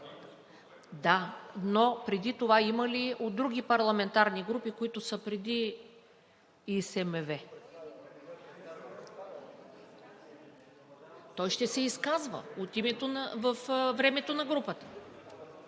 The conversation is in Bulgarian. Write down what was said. Да, но преди това има ли от други парламентарни групи, които са преди ИСМВ? (Шум и реплики: „Той ще се изказва във времето на групата.“)